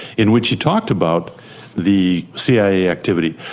in which he talked about the cia activity.